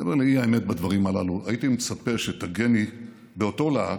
מעבר לאי-אמת בדברים הללו הייתי מצפה שתָגני באותו להט,